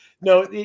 No